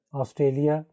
Australia